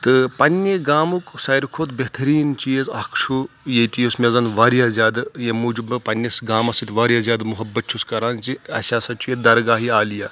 تہٕ پنٛنہِ گامُک ساروی کھۄتہٕ بہتریٖن چیٖز اکھ چھُ ییٚتہِ یُس مےٚ زَن واریاہ زیادٕ ییٚمہِ موٗجوٗب پنٕنِس گامَس سۭتۍ واریاہ زیادٕ مُحبت چھُس کَران زِ اَسہِ ہَسا چھُ ییٚتہِ درگاہ عالِیا